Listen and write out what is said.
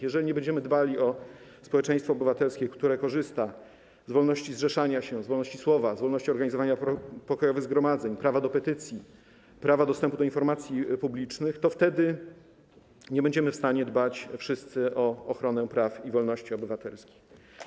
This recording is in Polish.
Jeżeli nie będziemy dbali o społeczeństwo obywatelskie, które korzysta z wolności zrzeszania się, wolności słowa, wolności organizowania pokojowych zgromadzeń, prawa do petycji, prawa dostępu do informacji publicznych, to wtedy nie będziemy w stanie dbać wszyscy o ochronę praw i wolności obywatelskich.